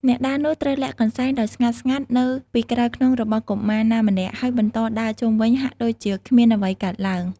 អ្នកដើរនោះត្រូវលាក់កន្សែងដោយស្ងាត់ៗនៅពីក្រោយខ្នងរបស់កុមារណាម្នាក់ ហើយបន្តដើរជុំវិញហាក់ដូចជាគ្មានអ្វីកើតឡើង។